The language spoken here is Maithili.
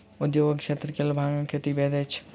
उद्योगक क्षेत्र के लेल भांगक खेती वैध अछि